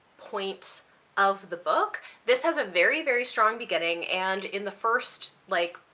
point of the book. this has a very, very strong beginning and in the first like,